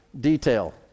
detail